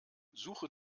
suche